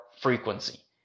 frequency